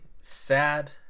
sad